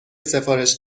سفارش